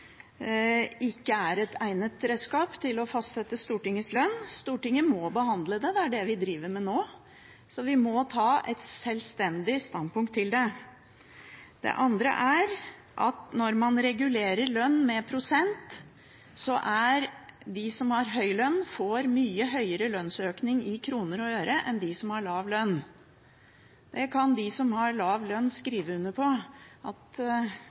ikke er et egnet redskap til å fastsette Stortingets lønn. Stortinget må behandle det, det er det vi driver med nå, så vi må ta et selvstendig standpunkt til det. Punkt 2: Når man regulerer lønn med prosent, får de som har høy lønn, en mye høyere lønnsøkning i kroner og øre enn de som har lav lønn. De som har lav lønn, kan skrive under på at